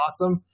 awesome